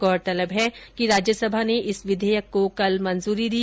गौरतलब है कि राज्यसभा ने इस विधेयक को कल मंजूरी दी